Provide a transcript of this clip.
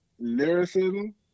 lyricism